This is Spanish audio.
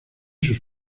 sus